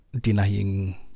denying